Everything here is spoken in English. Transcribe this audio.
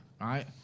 right